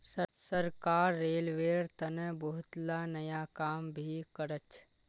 सरकार रेलवेर तने बहुतला नया काम भी करछ